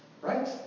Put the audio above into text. right